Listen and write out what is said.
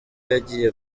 yagiye